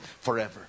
forever